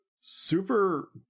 super